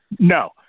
No